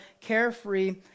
carefree